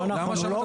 לא נכון.